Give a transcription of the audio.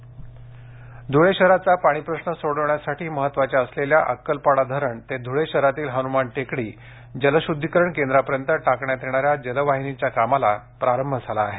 ध्रळे जलवाहिनी ध्रळे शहराचा पाणी प्रश्न सोडवण्यासाठी महत्वाच्या असलेल्या अक्कलपाडा धरण ते धुळे शहरातील हनुमान टेकडी जलशुद्धीकरण केंद्रापर्यंत टाकण्यात येणाऱ्या जलवाहिनीच्या कामाला प्रारंभ झाला आहे